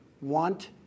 want